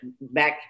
back